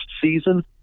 season